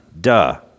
Duh